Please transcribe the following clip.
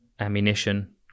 ammunition